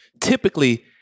typically